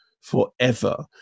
forever